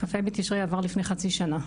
כ"ה בתשרי עבר לפני חצי שנה,